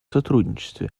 сотрудничестве